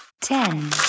ten